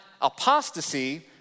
apostasy